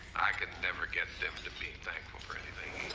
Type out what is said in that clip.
i could never get them to be thankful for anything